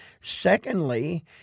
Secondly